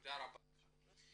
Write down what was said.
תודה רבה לך.